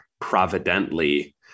providently